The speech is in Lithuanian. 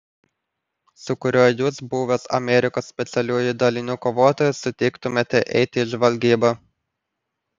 su kuriuo jūs buvęs amerikos specialiųjų dalinių kovotojas sutiktumėte eiti į žvalgybą